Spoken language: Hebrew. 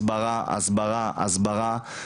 הסברה, הסברה, הסברה.